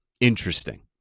interesting